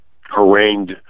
Harangued